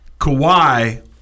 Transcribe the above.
Kawhi